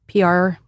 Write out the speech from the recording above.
PR